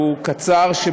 והיא קצרה.